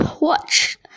watch